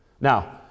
Now